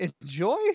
enjoy